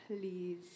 please